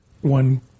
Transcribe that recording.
one